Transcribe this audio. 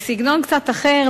בסגנון קצת אחר,